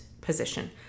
position